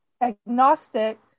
agnostic